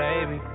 Baby